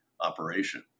operation